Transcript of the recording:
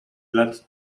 led